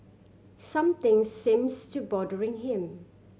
something seems to bothering him